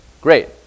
Great